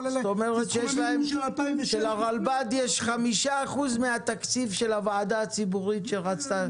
זאת אומרת שלרב"ד יש 5% מהתקציב שהוועדה הציבורית רצתה.